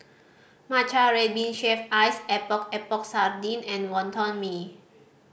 matcha red bean shaved ice Epok Epok Sardin and Wonton Mee